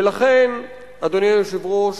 ולכן, אדוני היושב-ראש,